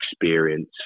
experience